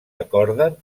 acorden